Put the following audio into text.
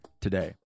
today